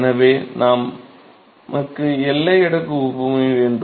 எனவே நமக்கு எல்லை அடுக்கு ஒப்புமை வேண்டும்